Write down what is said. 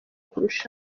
kurushaho